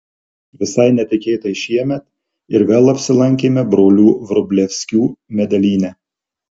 visai netikėtai šiemet ir vėl apsilankėme brolių vrublevskių medelyne